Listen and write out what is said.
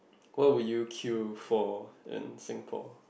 what would you queue for in Singapore